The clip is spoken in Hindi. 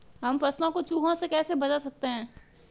हम फसलों को चूहों से कैसे बचा सकते हैं?